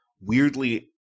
weirdly